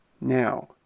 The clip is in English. Now